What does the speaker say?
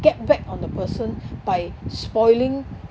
get back on the person by spoiling